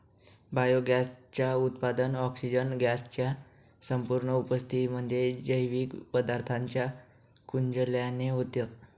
biogas च उत्पादन, oxygen gas च्या संपूर्ण अनुपस्थितीमध्ये, जैविक पदार्थांच्या कुजल्याने होतं